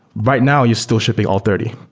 right now you're still shipping all thirty,